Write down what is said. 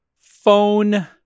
phone